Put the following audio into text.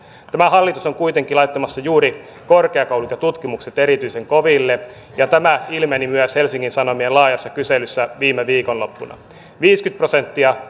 tämä hallitus on kuitenkin laittamassa juuri korkeakoulut ja tutkimuksen erityisen koville ja tämä ilmeni myös helsingin sanomien laajassa kyselyssä viime viikonloppuna viisikymmentä prosenttia